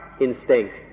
instinct